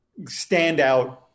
standout